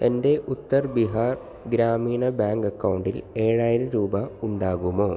എൻ്റെ ഉത്തർ ബീഹാർ ഗ്രാമീണ ബാങ്ക് അക്കൗണ്ടിൽ ഏഴായിരം രൂപ ഉണ്ടാകുമോ